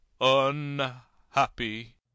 unhappy